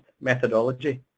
methodology